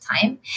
time